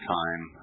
time